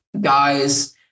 guys